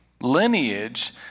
lineage